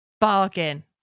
bargain